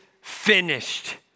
finished